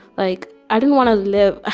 like, i didn't want to live.